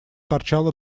торчала